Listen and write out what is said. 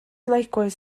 likewise